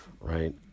right